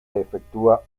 efectúa